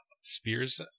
Spears